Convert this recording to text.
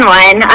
one